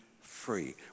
free